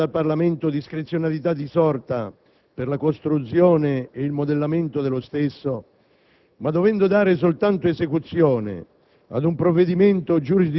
Signor Presidente, onorevoli colleghi,